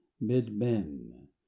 mid-men